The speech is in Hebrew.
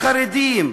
החרדים,